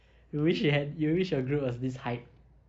you wish you had you wish your group was this hype